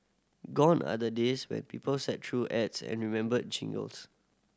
gone are the days when people sat through ads and remembered jingles